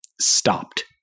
stopped